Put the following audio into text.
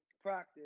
practice